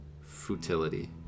futility